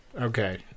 okay